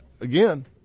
Again